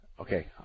Okay